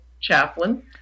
chaplain